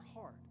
heart